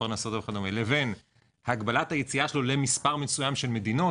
לפרנסתו וכדומה לבין הגבלת היציאה שלו למספר מסוים של מדינות,